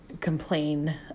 complain